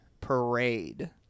parade